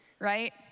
right